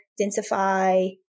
densify